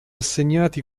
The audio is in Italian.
assegnati